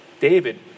David